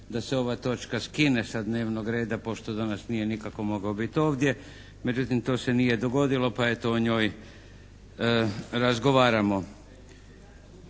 da se ova točka skine sa dnevnog reda pošto danas nije nikako mogao biti ovdje međutim to se nije dogodilo pa eto o njoj razgovaramo.